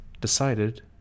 decided